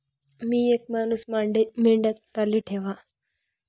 मी येक मानूस मेंढया चाराले ठेवा